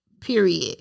Period